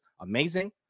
amazing